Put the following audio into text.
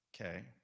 okay